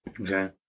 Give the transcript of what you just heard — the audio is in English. Okay